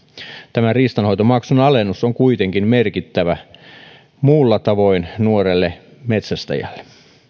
tämä riistanhoitomaksun alennus on kuitenkin muulla tavoin merkittävä nuorelle metsästäjälle